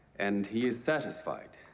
and he is satisfied.